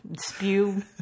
spew